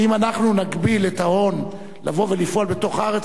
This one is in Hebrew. כי אם אנחנו נגביל את ההון לבוא ולפעול בתוך הארץ,